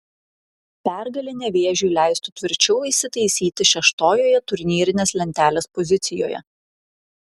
pergalė nevėžiui leistų tvirčiau įsitaisyti šeštojoje turnyrinės lentelės pozicijoje